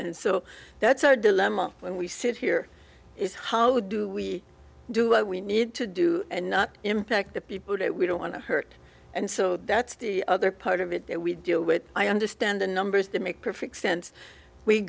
and so that's our dilemma we sit here is how do we do what we need to do and not impact the people that we don't want to hurt and so that's the other part of it we deal with i understand the numbers that make perfect sense we